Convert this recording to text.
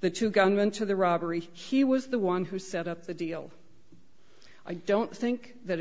the two gunmen to the robbery he was the one who set up the deal i don't think that